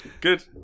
Good